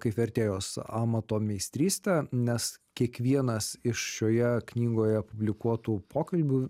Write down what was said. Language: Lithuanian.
kaip vertėjos amato meistrystę nes kiekvienas iš šioje knygoje publikuotų pokalbių